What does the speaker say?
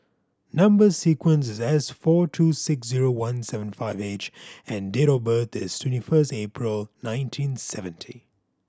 number sequence is S four two six zero one seven five H and date of birth is twenty first April nineteen seventy